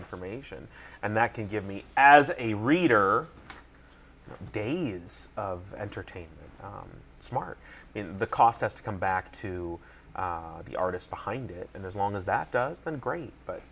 information and that can give me as a reader days of entertainment smart the cost us to come back to the artist behind it and as long as that does then great but